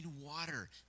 water